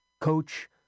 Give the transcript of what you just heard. Coach